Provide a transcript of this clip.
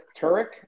Turek